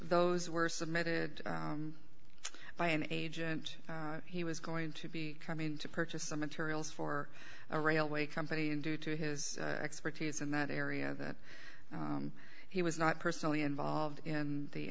those were submitted by an agent he was going to be coming to purchase some materials for a railway company and due to his expertise in that area that he was not personally involved in the